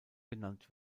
genannt